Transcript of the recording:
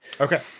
Okay